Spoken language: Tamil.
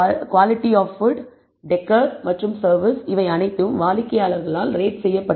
குவாலிட்டி ஆப் ஃபுட் டெகர் மற்றும் சர்வீஸ் இவை அனைத்தும் வாடிக்கையாளர்களால் ரேட் செய்யப்பட்டது